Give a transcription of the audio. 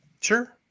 sure